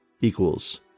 equals